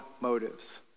motives